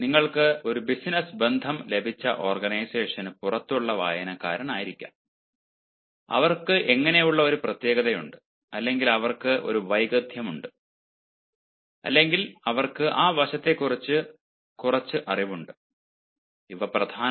നിങ്ങൾക്ക് ഒരു ബിസിനസ്സ് ബന്ധം ലഭിച്ച ഓർഗനൈസേഷന് പുറത്തുള്ള വായനക്കാരായിരിക്കാം അവർക്ക് എങ്ങനെ ഉള്ള ഒരു പ്രത്യേകതയുണ്ട് അല്ലെങ്കിൽ അവർക്ക് ഒരു വൈദഗ്ദ്ധ്യം ഉണ്ട് അല്ലെങ്കിൽ അവർക്ക് ആ വശത്തെക്കുറിച്ച് കുറച്ച് അറിവുണ്ട് ഇവ പ്രധാനമാണ്